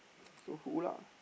so who lah